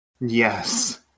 yes